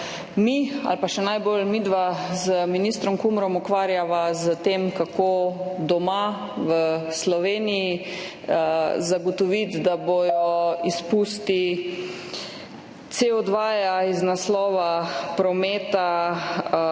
mi ali pa še najbolj midva z ministrom Kumrom ukvarjava s tem, kako doma v Sloveniji zagotoviti, da bodo izpusti CO2 iz naslova prometa,